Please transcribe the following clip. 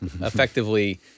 Effectively